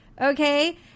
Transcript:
okay